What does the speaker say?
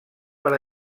per